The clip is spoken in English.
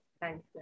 Thanks